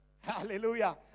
Hallelujah